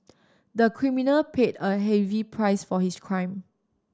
the criminal paid a heavy price for his crime